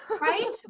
Right